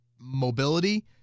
mobility